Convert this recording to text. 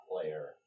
player